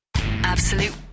Absolute